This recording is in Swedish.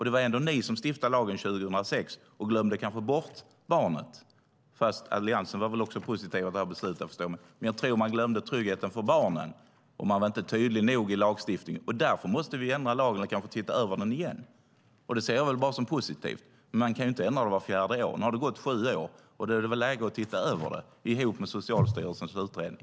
Det var ändå ni som stiftade lagen 2006, och ni glömde kanske bort barnet. Alliansen var väl också positiv till det här beslutet, men jag tror att man glömde tryggheten för barnen, och man var inte tydlig nog i lagstiftningen. Därför måste vi ändra lagen och kanske titta över den igen. Det ser jag bara som positivt. Man kan ju inte ändra det var fjärde år. Nu har det gått sju år, och då är det väl läge att titta över det ihop med Socialstyrelsens utredning.